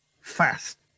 fast